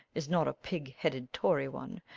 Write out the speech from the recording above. is not a pig-headed tory one.